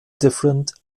different